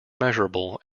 measurable